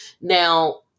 Now